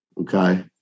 okay